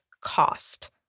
cost